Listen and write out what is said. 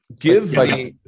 Give